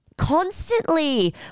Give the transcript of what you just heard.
constantly